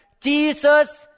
Jesus